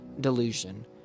delusion